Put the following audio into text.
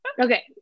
okay